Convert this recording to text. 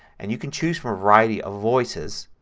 and you can choose from a variety of voices.